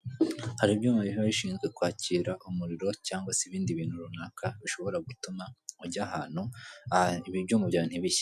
Hari ibyuma biba bishinzwe kwakira umuriro cyangwa se ibindi bintu runaka bishobora gutuma ujya ahantu ibi ibyuma byawe ntibishye